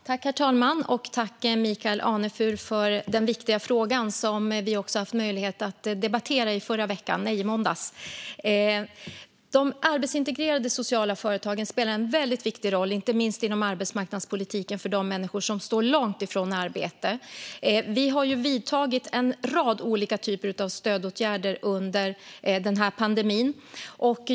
Herr talman! Jag tackar Michael Anefur för den viktiga frågan, som vi hade möjlighet att debattera i måndags. De arbetsintegrerande sociala företagen spelar en väldigt viktig roll, inte minst inom arbetsmarknadspolitiken, för de människor som står långt ifrån arbete. Vi har vidtagit en rad olika stödåtgärder under pandemin.